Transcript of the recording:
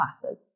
classes